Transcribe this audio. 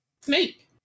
snake